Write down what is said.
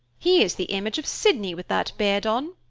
he is the image of sydney, with that beard on.